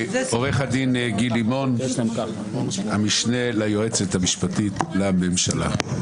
עו"ד גיל לימון, המשנה ליועצת המשפטית לממשלה.